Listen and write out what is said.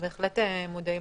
אני יודעת